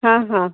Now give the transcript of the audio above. ହଁ ହଁ